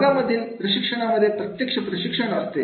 वर्गातील प्रशिक्षणामध्ये प्रत्यक्ष प्रशिक्षण असते